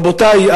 רבותי,